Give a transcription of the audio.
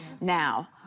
now